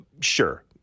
sure